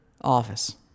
Office